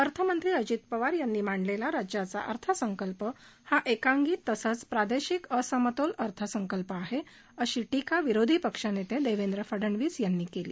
अर्थमंत्री अजित पवार यांनी मांडलेला राज्याचा अर्थसंकल्प हा एकांगी तसेच प्रादेशिक असमतोल अर्थसंकल्प आहे अशी टीका विरोधी पक्षनेते देवेंद्र फडणवीस यांनी केली